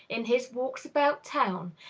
in his walks about town,